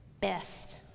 best